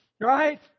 Right